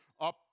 up